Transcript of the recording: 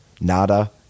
Nada